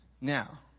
Now